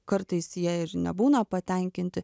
kartais jie ir nebūna patenkinti